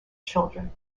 children